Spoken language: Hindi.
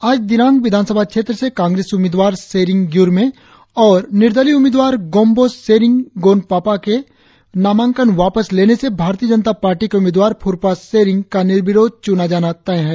आज दिरांग विधानसभा क्षेत्र से कांग्रेस उम्मीदवार सेरिंग ग्यूरमे और निर्दलीय उम्मीदवार गोम्बो सेरिंग गोनपापा के नामांकन वापस लेने से भारतीय जनता पार्टी के उम्मीदवार फूरपा सेरिंग का निर्विरोध चुना जाना तय है